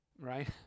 right